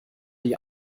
die